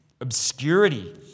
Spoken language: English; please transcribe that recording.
obscurity